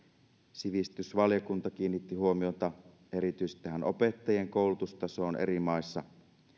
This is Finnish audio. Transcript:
sivistysvaliokunta kiinnitti huomiota erityisesti opettajien koulutustasoon eri maissa